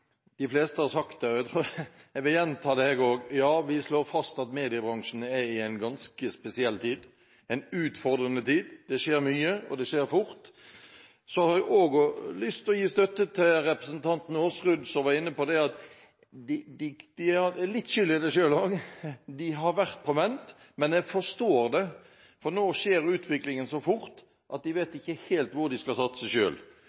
De fleste har sagt det, og jeg vil gjenta det: Ja, vi slår fast at mediebransjen er inne i en ganske spesiell tid, en utfordrende tid. Det skjer mye, og det skjer fort. Jeg har også lyst til å gi støtte til representanten Aasrud, som var inne på at de har litt skyld i det selv også. De har vært på vent. Men jeg forstår det, for nå skjer utviklingen så fort at de ikke helt vet hvor de skal satse